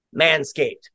Manscaped